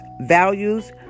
values